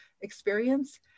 experience